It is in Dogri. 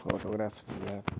फोटोग्राफी दा शौक